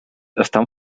estan